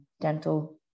dental